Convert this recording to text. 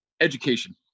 education